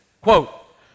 Quote